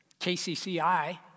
KCCI